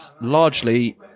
largely